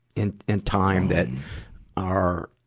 in, in time that are,